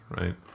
right